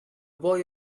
boy